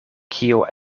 kio